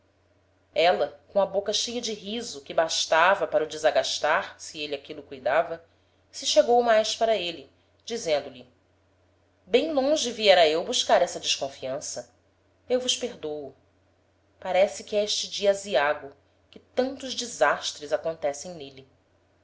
éla com a boca cheia de riso que bastava para o desagastar se êle aquilo cuidava se chegou mais para êle dizendo-lhe bem longe viera eu buscar essa desconfiança eu vos perdôo parece que é este dia aziago que tantos desastres acontecem n'êle